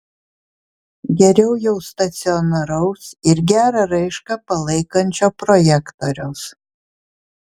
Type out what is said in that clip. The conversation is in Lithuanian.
geriau jau stacionaraus ir gerą raišką palaikančio projektoriaus